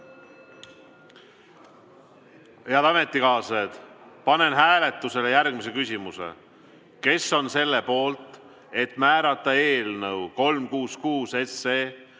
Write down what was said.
Head ametikaaslased, panen hääletusele järgmise küsimuse: kes on selle poolt, et määrata eelnõu 366